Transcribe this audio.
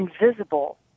invisible